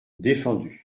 défendu